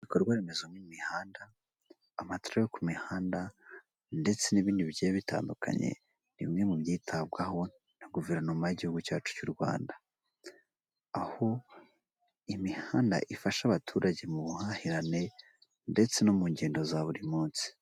Ibikorwa remezo n'imihanda, amatara yo ku mihanda ndetse n'ibindi bigiye bitandukanye, ni bimwe mu byitabwaho na guverinoma y'igihugu cyacu cy'u Rwanda, aho imihanda ifasha abaturage mu buhahirane ndetse no mu ngendo za buri munsi.